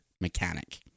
mechanic